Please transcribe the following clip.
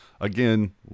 again